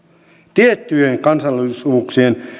tiettyjen kansallisuuksien